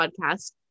podcast